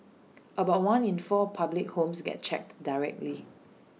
about one in four public homes gets checked directly